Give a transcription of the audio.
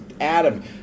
Adam